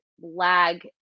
lag